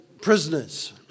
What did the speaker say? prisoners